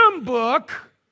book